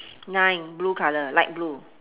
nine blue color light blue